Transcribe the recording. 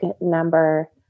number